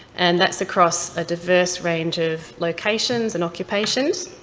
and that's across a diverse range of locations and occupations,